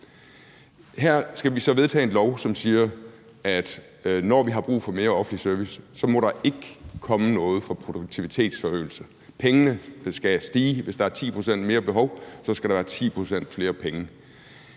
Her skal vi så vedtage en lov, som siger, at når vi har brug for mere offentlig service, må der ikke komme noget fra produktivitetsforøgelse. Udgifterne skal stige – hvis der er 10 pct. mere behov, skal der være 10 pct. flere penge